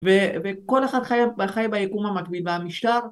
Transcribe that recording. ‫וכל אחד חי ביקום המקביל, והמשטר.